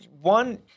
one